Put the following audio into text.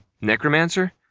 necromancer